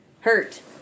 hurt